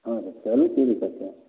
हँ तऽ खैली पीली चच्चा